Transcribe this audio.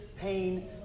pain